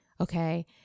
okay